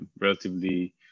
relatively